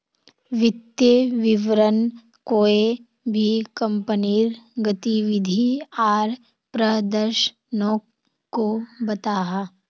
वित्तिय विवरण कोए भी कंपनीर गतिविधि आर प्रदर्शनोक को बताहा